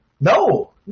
No